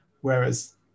Whereas